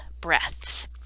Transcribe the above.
breaths